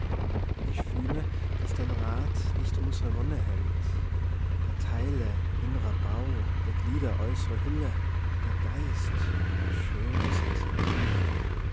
ich fühle dass dein rat nicht unsre wonne hemmt der teile innrer bau der glieder äußre hülle der geist o schön sind sie gemacht